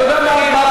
אתה יודע מה הבעיה?